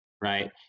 right